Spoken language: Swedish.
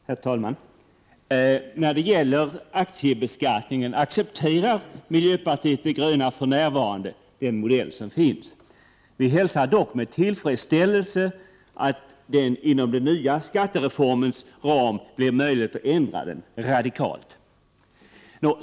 Herr talman! När det gäller aktiebeskattning accepterar miljöpartiet de gröna för närvarande den modell som finns. Vi hälsar dock med tillfredsställelse att det inom den nya skattereformens ram blir möjligt att ändra aktiebeskattningen radikalt.